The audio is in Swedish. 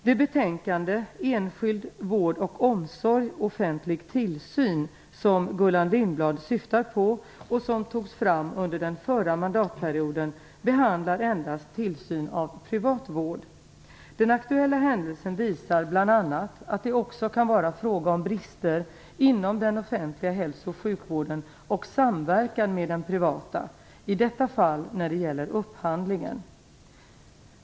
Det betänkande, Enskild vård och omsorg - offentlig tillsyn, som Gullan Lindblad syftar på och som togs fram under den förra mandatperioden behandlar endast tillsyn av privat vård. Den aktuella händelsen visar bl.a. att det också kan vara fråga om brister inom den offentliga hälso och sjukvården och samverkan med den privata - i detta fall när det gäller upphandlingen.